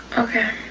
okay.